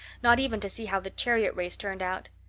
not even to see how the chariot race turned out.